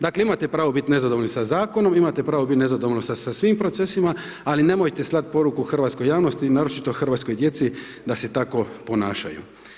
Dakle, imate pravo biti nezadovoljni bit sa zakonom, imate pravo bit nezadovoljni sa svim procesima, ali nemojte slat poruku hrvatskoj javnosti, naročito hrvatskoj djeci, da se tako ponašaju.